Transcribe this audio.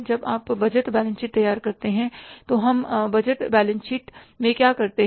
जब आप budget balance sheet तैयार करते हैं तो हम बजट बैलेंस शीट में क्या करते हैं